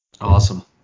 Awesome